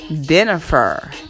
Jennifer